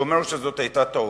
שאומר שזאת היתה טעות.